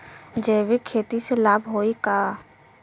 जैविक खेती से लाभ होई का?